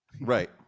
right